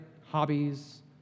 hobbies